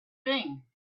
thing